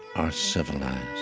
are civilized.